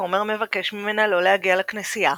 הכומר מבקש ממנה לא להגיע לכנסייה